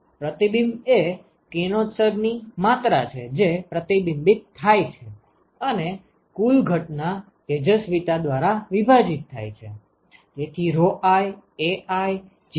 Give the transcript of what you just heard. પ્રતિબિંબ એ કિરણોત્સર્ગ ની માત્રા છે જે પ્રતિબિંબિત થાય છે અને કુલ ઘટના તેજસ્વિતા દ્વારા વિભાજીત થાય છે